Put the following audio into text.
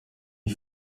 est